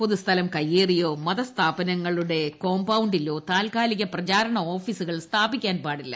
പൊതു സ്ഥലം കയ്യേറിയോ മതസ്ഥാപനങ്ങളുടെ കോംപൌണ്ടിലോ താത്ക്കാലിക പ്രചാരണ ഓഫീസുകൾ സ്ഥാപിക്കാൻ പാടില്ല